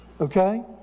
Okay